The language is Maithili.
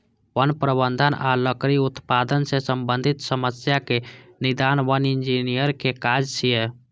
वन प्रबंधन आ लकड़ी उत्पादन सं संबंधित समस्याक निदान वन इंजीनियरक काज छियै